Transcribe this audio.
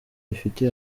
rifite